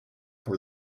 for